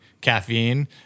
caffeine